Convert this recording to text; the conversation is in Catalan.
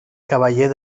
cavaller